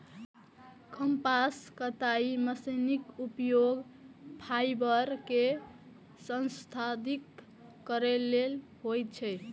कपास कताइ मशीनक उपयोग फाइबर कें संसाधित करै लेल होइ छै